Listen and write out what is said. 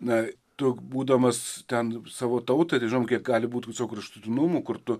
na tu būdamas ten savo tautai tai žinom kiek gali būt viso kraštutinumų kur tu